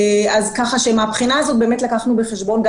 כך שמן הבחינה הזאת באמת לקחנו בחשבון גם